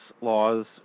laws